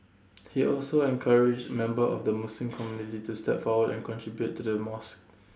he also encouraged members of the Muslim community to step forward and contribute to the mosque